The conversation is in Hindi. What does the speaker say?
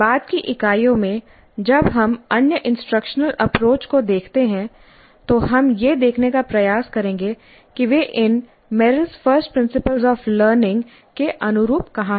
बाद की इकाइयों में जब हम अन्य इंस्ट्रक्शन अप्रोच को देखते हैं तो हम यह देखने का प्रयास करेंगे कि वे इन Merrill's first principles of learning Merrill's First Principles of Learning के अनुरूप कहां हैं